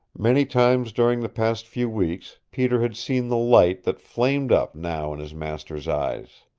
many times during the past few weeks peter had seen the light that flamed up now in his master's eyes.